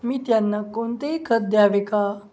मी त्यांना कोणतेही खत द्यावे का